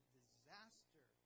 disaster